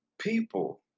People